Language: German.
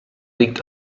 liegt